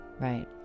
Right